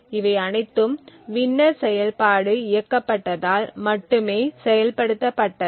இவை அனைத்தும் வின்னர் செயல்பாடு இயக்கப்பட்டதால் மட்டுமே செயல்படுத்தப்பட்டது